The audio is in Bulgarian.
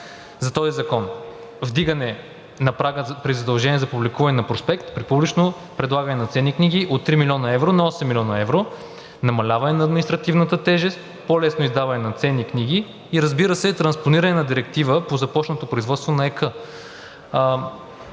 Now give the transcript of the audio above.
за този закон – вдигане на прага при задължение за публикуване на проспект при публично предлагане на ценни книги от 3 млн. евро на 8 млн. евро, намаляване на административната тежест, по-лесно издаване на ценни книги и разбира се, транспониране на директива по започнато производство на ЕК.